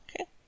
Okay